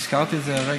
אני הזכרתי את זה הרגע.